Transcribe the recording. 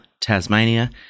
Tasmania